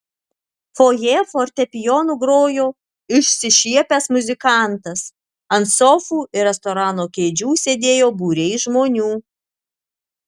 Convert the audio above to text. fojė fortepijonu grojo išsišiepęs muzikantas ant sofų ir restorano kėdžių sėdėjo būriai žmonių